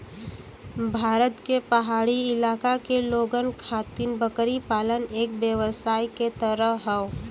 भारत के पहाड़ी इलाका के लोगन खातिर बकरी पालन एक व्यवसाय के तरह हौ